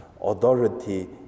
authority